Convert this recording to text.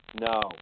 No